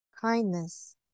kindness